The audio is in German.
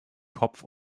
kopf